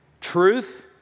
truth